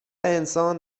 انسان